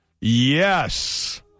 Yes